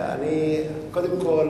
אשמח לשמוע, קודם כול